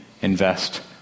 invest